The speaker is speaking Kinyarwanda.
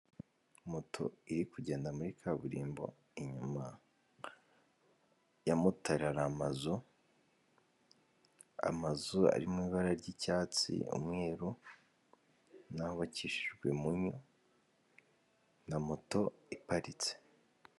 Moto iri kugenda muri kaburimbo inyuma ya motara hari amazu ari mu ibara ry'icyatsi umweru yubakishijwe imunyu na moto iparitse.